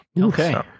Okay